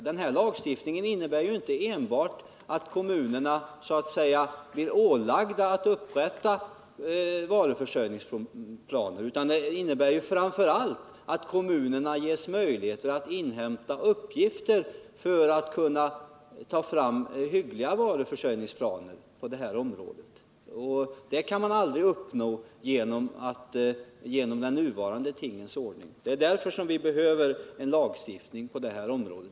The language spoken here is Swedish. Denna lagstiftning innebär inte bara att kommunerna åläggs att upprätta varuförsörjningsplaner utan också att kommunerna ges möjligheter att inhämta uppgifter för att kunna åstadkomma hyggliga varuförsörjningsplaner. Detta kan aldrig bli fallet med den ordning som f. n. råder. Det är därför som vi behöver en lagstiftning på detta område.